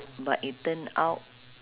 but it turn out